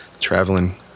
traveling